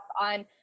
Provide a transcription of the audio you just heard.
on